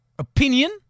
opinion